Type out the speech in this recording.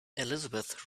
elizabeth